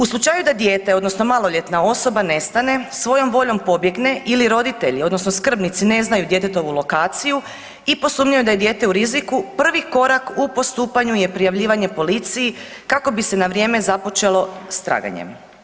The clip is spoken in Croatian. U slučaju da dijete odnosno maloljetna osoba nestane, svojom voljom pobjegne ili roditelji odnosno skrbnici ne znaju djetetovu lokaciju i posumnjaju da je dijete u riziku prvi korak u postupanju je prijavljivanje policiji kako bi se na vrijeme započelo s traganjem.